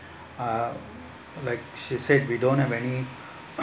uh like she said we don't have any